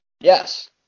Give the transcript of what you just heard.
Yes